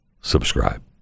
subscribe